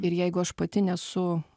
ir jeigu aš pati nesu